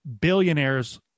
billionaires